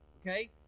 okay